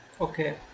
Okay